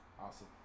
Awesome